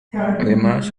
además